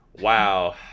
wow